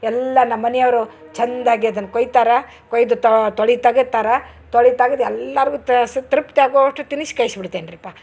ಎಲ್ಲ ನಮ್ಮನಿಯವರು ಚಂದಗೆ ಅದನ್ನ ಕೊಯ್ತಾರ ಕೊಯ್ದು ತೊಳಿ ತಗತರ ತೊಳಿ ತಗದು ಎಲ್ಲರು ತ ಸ್ ತೃಪ್ತಿ ಆಗೋಷ್ಟು ತಿನಿಸಿ ಕಳ್ಸ್ಬಿಡ್ತೇನ್ರಿಪ್ಪ